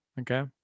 Okay